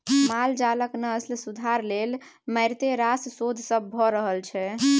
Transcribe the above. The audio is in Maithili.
माल जालक नस्ल सुधार लेल मारिते रास शोध सब भ रहल छै